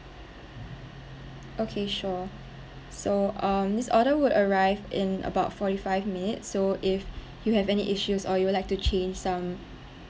okay sure so um this order would arrive in about forty five minutes so if you have any issues or you would like to change some